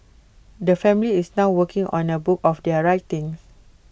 the family is now working on A book of their writings